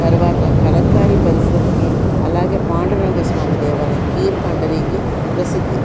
తర్వాత కలంకారి పరిశ్రమకు అలాగే పాండురంగ స్వామి దేవాలయం కీర్ పాండరికి ప్రసిద్ధి